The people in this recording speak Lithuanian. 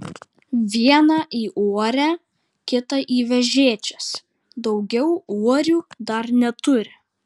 vieną į uorę kitą į vežėčias daugiau uorių dar neturi